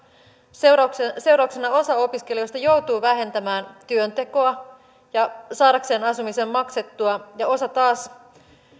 seurauksena seurauksena osa opiskelijoista joutuu vähentämään työntekoa saadakseen asumisen maksettua ja osa taas